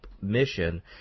mission